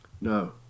No